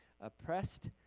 Oppressed